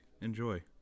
enjoy